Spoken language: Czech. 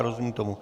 Rozumím tomu.